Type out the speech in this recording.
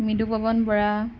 Mridupawan Bora